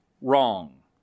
wrong